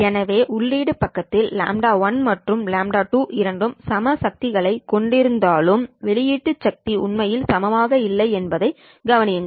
எனவே உள்ளீடு பக்கத்தில் λ1 மற்றும் λ2 இரண்டும் சம சக்திகளைக் கொண்டிருந்தாலும் வெளியீட்டு சக்தி உண்மையில் சமமாக இல்லை என்பதைக் கவனியுங்கள்